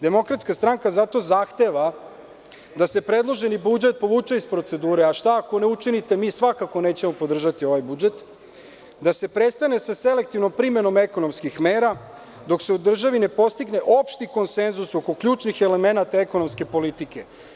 Demokratska stranka zato zahteva da se predloženi budžet povuče iz procedure, a šta ako ne učinite, mi svakako nećemo podržati ovaj budžet, da se prestane sa selektivnom primenom ekonomskih mera, dok se u državi ne postigne opšti konsenzus oko ključnih elemenata ekonomske politike.